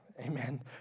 amen